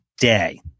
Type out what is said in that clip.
day